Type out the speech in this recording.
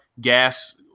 gas